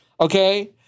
Okay